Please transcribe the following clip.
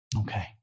Okay